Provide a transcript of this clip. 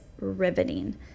riveting